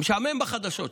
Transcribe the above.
משעמם בחדשות שם.